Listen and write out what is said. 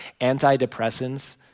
antidepressants